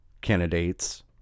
candidates